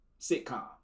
sitcom